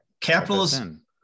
capitalism